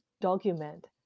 document